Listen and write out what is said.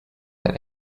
that